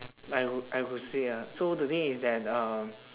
I would I would say ah so the thing is that uh